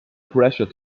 pressure